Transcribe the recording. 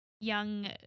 young